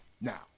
Now